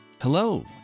Hello